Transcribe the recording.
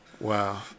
Wow